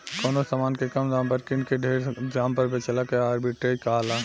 कवनो समान के कम दाम पर किन के ढेर दाम पर बेचला के आर्ब्रिट्रेज कहाला